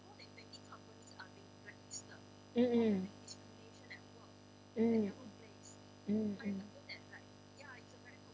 mm mm mm mm mm